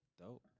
dope